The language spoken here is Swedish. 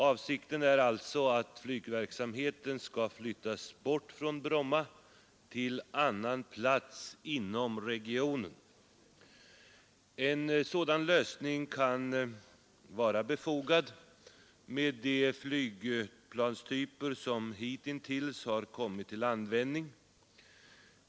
Avsikten är alltså att flygverksamheten skall flyttas bort från Bromma till annan plats inom regionen. En sådan lösning kan vara befogad med de flygplanstyper som hitintills kommit till användning.